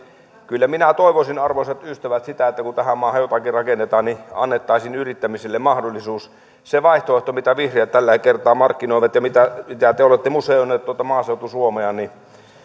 kyllä minä toivoisin arvoisat ystävät sitä että kun tähän maahan jotakin rakennetaan niin annettaisiin yrittämiselle mahdollisuus se vaihtoehto mitä vihreät tällä kertaa markkinoivat ja mitä mitä te te olette museoineet tuota maaseutu suomea